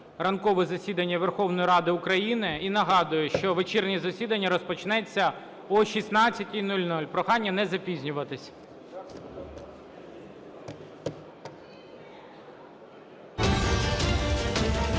ранкове засідання Верховної Ради України. І нагадую, що вечірнє засідання розпочнеться о 16:00. Прохання не запізнюватися.